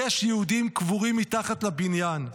יש יהודים קבורים מתחת לבניין.